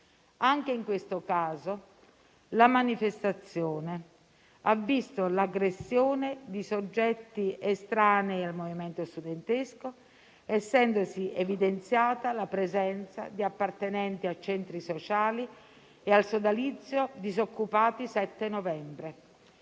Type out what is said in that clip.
Anche in questo caso, la manifestazione ha visto l'aggressione di soggetti estranei al movimento studentesco, essendosi evidenziata la presenza di appartenenti a centri sociali e al sodalizio "Disoccupati 7 novembre".